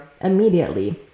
immediately